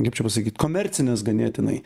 kaip čia pasakyt komercinės ganėtinai